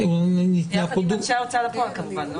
יחד עם אנשי ההוצאה לפועל כמובן.